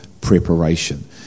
preparation